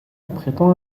prétend